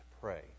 pray